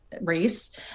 race